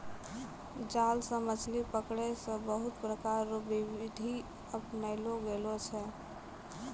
जाल से मछली पकड़ै मे बहुत प्रकार रो बिधि अपनैलो गेलो छै